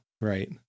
right